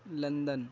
London